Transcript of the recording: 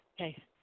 Okay